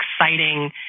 exciting